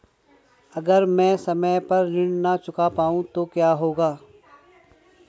अगर म ैं समय पर ऋण न चुका पाउँ तो क्या होगा?